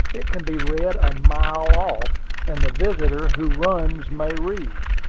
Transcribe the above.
it can be read a mile off, and the visitor who runs may read.